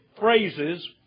phrases